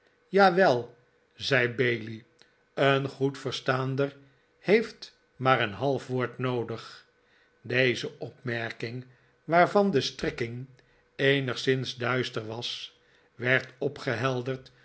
jawel zei bailey een goed verstaander heeft maar een half woord noodig deze opmerking waarvan de strekking eenigszins duister was werd